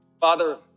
Father